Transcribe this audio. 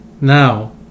Now